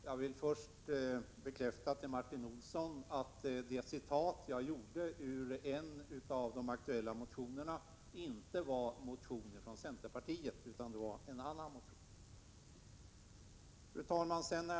Fru talman! Jag vill först bekräfta för Martin Olsson att det citat jag gjorde ur en av de aktuella motionerna inte var ett citat ur en motion från centerpartiet.